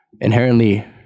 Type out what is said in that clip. inherently